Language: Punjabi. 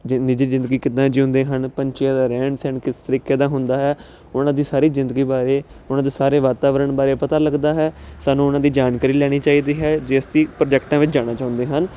ਜ਼ਿੰ ਨਿੱਜੀ ਜ਼ਿੰਦਗੀ ਕਿੱਦਾਂ ਜਿਊਂਦੇ ਹਨ ਪੰਛੀਆਂ ਦਾ ਰਹਿਣ ਸਹਿਣ ਕਿਸ ਤਰੀਕੇ ਦਾ ਹੁੰਦਾ ਹੈ ਉਹਨਾਂ ਦੀ ਸਾਰੀ ਜ਼ਿੰਦਗੀ ਬਾਰੇ ਉਹਨਾਂ ਦੇ ਸਾਰੇ ਵਾਤਾਵਰਨ ਬਾਰੇ ਪਤਾ ਲੱਗਦਾ ਹੈ ਸਾਨੂੰ ਉਹਨਾਂ ਦੀ ਜਾਣਕਾਰੀ ਲੈਣੀ ਚਾਹੀਦੀ ਹੈ ਜੇ ਅਸੀਂ ਪ੍ਰੋਜੈਕਟਾਂ ਵਿੱਚ ਜਾਣਾ ਚਾਹੁੰਦੇ ਹਨ